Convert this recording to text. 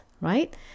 right